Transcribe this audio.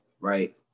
right